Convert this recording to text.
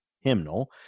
hymnal